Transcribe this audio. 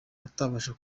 atabasha